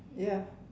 ya